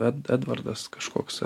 ed edvardas kažkoks ar